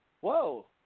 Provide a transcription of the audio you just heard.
whoa